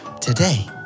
today